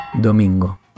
domingo